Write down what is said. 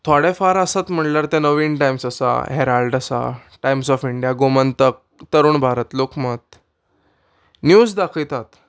थोडे फार आसत म्हणल्यार ते नव्हींद टायम्स आसा हेराल्ड आसा Times of India Gomantak Tarun Bharat Lokmat news दाखयतात